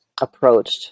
approached